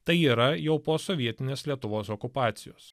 tai yra jau po sovietinės lietuvos okupacijos